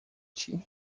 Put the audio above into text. chi